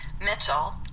Mitchell